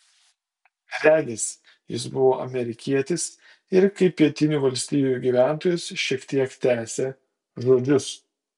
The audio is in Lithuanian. regis jis buvo amerikietis ir kaip pietinių valstijų gyventojas šiek tiek tęsė žodžius